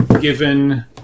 given